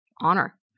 honor